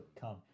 come